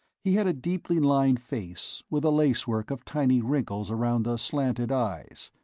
he had a deeply lined face with a lacework of tiny wrinkles around the slanted eyes.